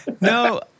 No